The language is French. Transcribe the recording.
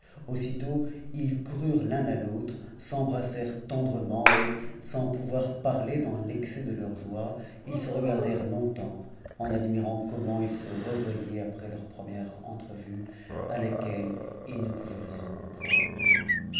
aussitôt ils coururent q à l'autre s'embrassèrent tendrement et sans pouvoir parler dans excès de leur joie ils se regardèrent longtemps en admirant comment s se revoyaient après leur première entrevue à laquelle ils ne pouvaient comprendre